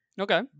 Okay